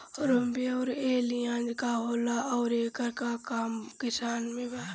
रोम्वे आउर एलियान्ज का होला आउरएकर का काम बा किसान खातिर?